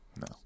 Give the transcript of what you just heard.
no